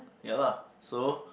ya lah so